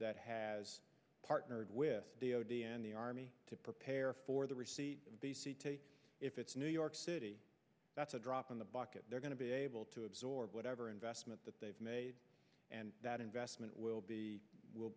that has partnered with the o t and the army to prepare for the receipt if it's new york city that's a drop in the bucket they're going to be able to absorb whatever investment that they've made and that investment will be